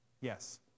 Yes